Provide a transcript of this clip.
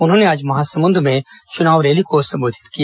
उन्होंने आज महासमुद में चुनाव रैली को संबोधित किया